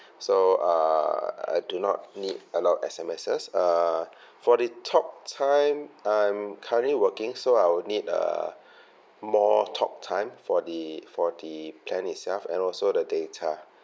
so err I do not need a lot of S_M_Ss uh for the talktime I'm currently working so I will need uh more talktime for the for the plan itself and also the data